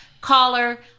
caller